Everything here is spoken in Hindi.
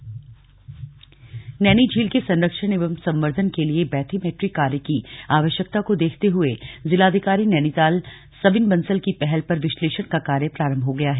बैथीमैट्री नैनीझील नैनी झील के संरक्षण एवं संवर्धन के लिए बैथीमेट्री कार्य की आवश्यक को देखते हुए जिलाधिकारी नैनीताल सविन बंसल की पहल पर विशलेषण का कार्य प्रारम्भ हो गया है